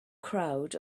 crowd